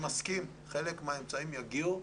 נשמח אם זה יורחב.